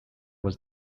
was